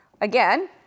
again